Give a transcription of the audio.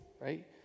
right